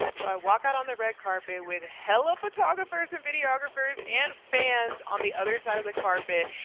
so i walk out on the red carpet, with hell of photographers and videographers, and fans on the other side of the carpet.